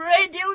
Radio